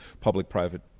public-private